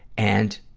and,